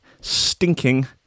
stinking